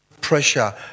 pressure